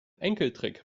enkeltrick